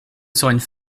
serait